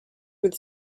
with